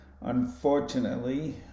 Unfortunately